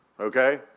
Okay